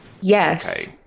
Yes